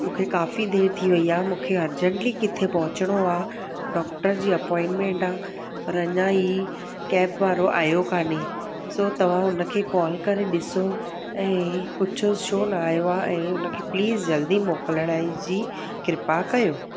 मूंखे काफ़ी देरि थी वई आहे मूंखे अरजैंटली किथे पहुचणो आहे डॉक्टर जी अपॉइंटमैंट आहे पर अञा हीउ कैब वारो आयो कान्हे सो तव्हां हुन खे कॉल करे ॾिसो ऐं पुछोसि छो न आयो आहे ऐं हुन खे प्लीज़ जल्दी मोकिलण जी कृपा कयो